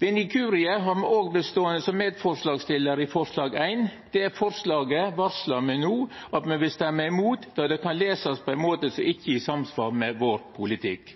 Ved ein inkurie har me òg vorte ståande som medforslagsstillar i forslag nr. 1. Det forslaget varslar me no at me vil stemma imot, då det kan lesast på ein måte som ikkje er i samsvar med vår politikk.